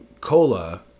Cola